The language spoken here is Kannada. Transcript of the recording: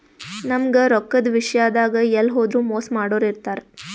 ನಮ್ಗ್ ರೊಕ್ಕದ್ ವಿಷ್ಯಾದಾಗ್ ಎಲ್ಲ್ ಹೋದ್ರು ಮೋಸ್ ಮಾಡೋರ್ ಇರ್ತಾರ